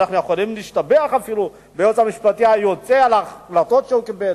ואנחנו יכולים להשתבח אפילו ביועץ המשפטי היוצא על ההחלטות שהוא קיבל.